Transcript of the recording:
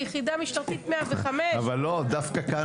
זו יחידה משטרתית 105. אבל דווקא כאן